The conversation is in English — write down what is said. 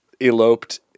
eloped